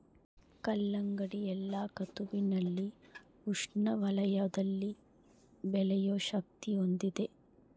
ಕಲ್ಲಂಗಡಿ ಎಲ್ಲಾ ಋತುವಿನಲ್ಲಿ ಉಷ್ಣ ವಲಯದಲ್ಲಿ ಬೆಳೆಯೋ ಶಕ್ತಿ ಹೊಂದಿದೆ